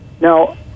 now